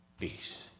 peace